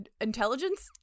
intelligence